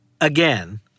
again